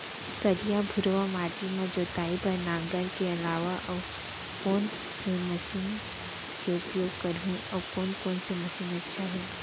करिया, भुरवा माटी म जोताई बार नांगर के अलावा अऊ कोन से मशीन के उपयोग करहुं अऊ कोन कोन से मशीन अच्छा है?